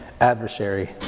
adversary